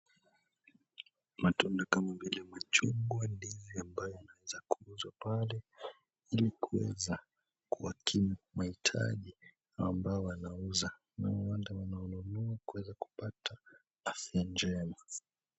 Matunda kama vile machungwa ndiyo ambayo inaweza kuuza pale, ili kuweza kuwakimu mahitaji ya ambao wanauza. Huenda wananunua kuweza kupata afya njema.